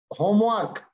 homework